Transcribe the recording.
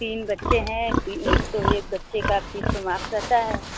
तीन बच्चे हैं तीन तो एक बच्चे का फीस तो माफ़ रहता है